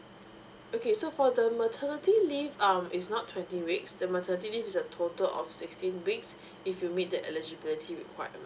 okay so for the maternity leave um it's not twenty weeks the maternity leave is a total of sixteen weeks if you meet the eligibility requirement